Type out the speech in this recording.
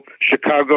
Chicago